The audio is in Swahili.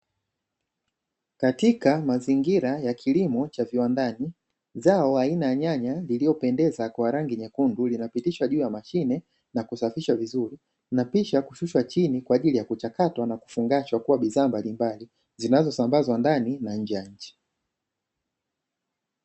Katika mazingira ya kilimo cha viwandani zao aina ya nyanya liliopendeza kwa rangi nyekundu linapitishwa juu ya mashine na kusafishwa vizuri, na kisha kushushwa chini kwa ajili ya kuchakatwa na kufungashwa kuwa bidhaa mbalimbali zinazosambazwa ndani na nje ya nchi.